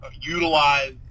utilize